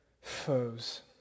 foes